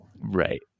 right